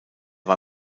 war